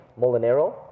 Molinero